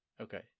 okay